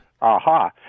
Aha